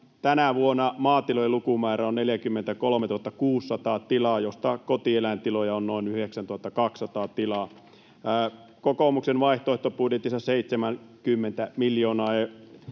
tänä vuonna maatilojen lukumäärä on 43 600 tilaa, joista kotieläintiloja on noin 9 200 tilaa. Kun kokoomuksen vaihtoehtobudjetissa on 70 miljoonaa euroa,